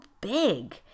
big